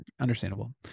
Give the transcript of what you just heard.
Understandable